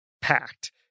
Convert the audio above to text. packed